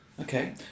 Okay